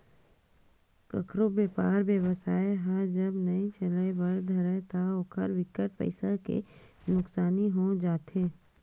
कखरो बेपार बेवसाय ह जब नइ चले बर धरय ता ओखर बिकट पइसा के नुकसानी हो जाथे